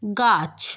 গাছ